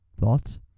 Thoughts